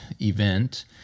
event